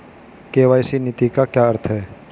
KYC नीति का क्या अर्थ है?